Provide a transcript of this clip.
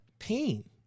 pain